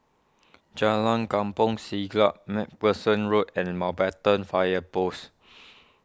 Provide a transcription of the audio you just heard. Jalan Kampong Siglap MacPherson Road and Mountbatten Fire Post